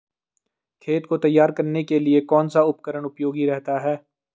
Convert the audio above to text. खेत को तैयार करने के लिए कौन सा उपकरण उपयोगी रहता है?